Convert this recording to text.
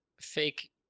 fake